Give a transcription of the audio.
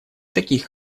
таких